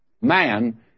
Man